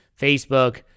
Facebook